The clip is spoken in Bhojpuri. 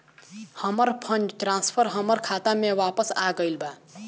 हमर फंड ट्रांसफर हमर खाता में वापस आ गईल बा